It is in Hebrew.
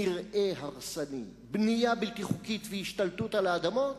מרעה הרסני, בנייה בלתי חוקית והשתלטות על האדמות,